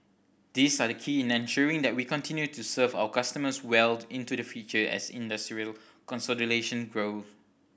these are the key in ensuring that we continue to serve our customers well into the future as industrial consolidation grow